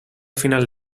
final